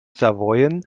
savoyen